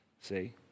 See